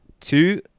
Two